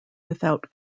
without